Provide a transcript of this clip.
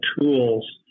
tools